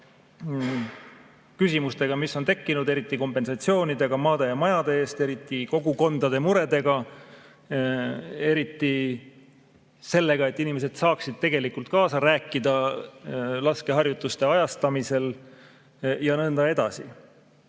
küsimustega, mis on tekkinud, eriti kompensatsioonidega maade ja majade eest, kogukondade muredega. Eriti sellega, et inimesed saaksid tegelikult kaasa rääkida laskeharjutuste ajastamisel, ja nõnda edasi. On